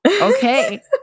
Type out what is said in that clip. okay